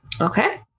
okay